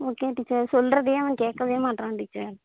okay teacher சொல்றதயே அவன் கேட்கவே மாட்டேறான் டீச்சர்